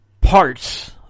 parts